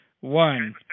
One